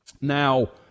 Now